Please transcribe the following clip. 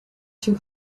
too